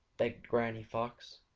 begged granny fox.